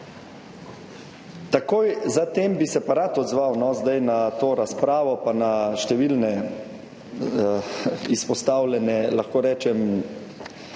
Takoj za tem bi se pa rad odzval zdaj na to razpravo pa na številne izpostavljene – ne bom rekel